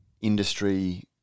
industry